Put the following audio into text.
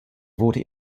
wurde